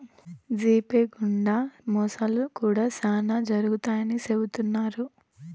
GPay గుండా మోసాలు కూడా శ్యానా జరుగుతాయని చెబుతున్నారు